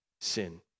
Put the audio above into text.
sin